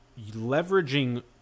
leveraging